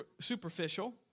superficial